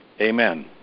Amen